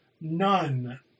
None